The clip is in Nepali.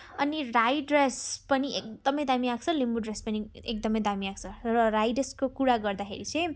अनि राई ड्रेस पनि एकदमै दामी आएको छ लिम्बू ड्रेस पनि एकदमै दामी आएको छ र राई ड्रेसको कुरा गर्दाखेरि चाहिँ